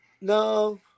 No